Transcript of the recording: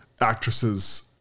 actresses